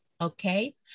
Okay